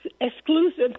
exclusive